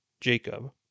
Jacob